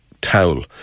towel